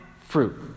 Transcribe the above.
fruit